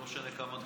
לא משנה כמה,